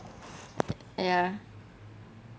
ya